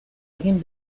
egin